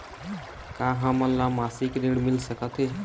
का हमन ला मासिक ऋण मिल सकथे?